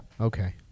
Okay